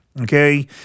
Okay